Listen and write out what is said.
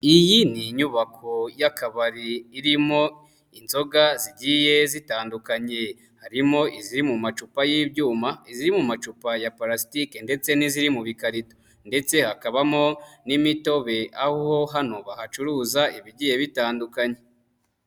Iyi ni inyubako y'akabari irimo inzoga zigiye zitandukanye, harimo iziri mu macupa y'ibyuma, iziri mu macupa ya parasitike ndetse n'iziri mu bikarito ndetse hakabamo n'imitobe aho ho hano bahacuruza ibigiye bitandukanye.